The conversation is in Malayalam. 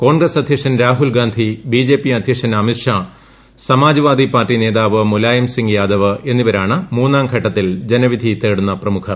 കോൺഗ്രസ്റ്റ് അദ്ധ്യക്ഷൻ രാഹുൽഗാന്ധി ബിജെപി അദ്ധ്യക്ഷൻ അമിത് ഷാ സമാജ്സ്വാദ് പാർട്ടി നേതാവ് മുലായംസിങ് യാദവ് എന്നിവരാണ് മൂന്നാം ഘട്ടത്തിൽ ജനവിധി തേടുന്ന പ്രമുഖർ